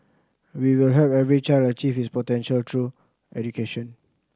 we will help every child achieve his potential through education